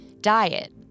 diet